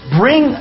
bring